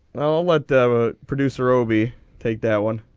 well what the producer obi take that one.